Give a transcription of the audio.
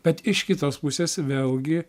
bet iš kitos pusės vėlgi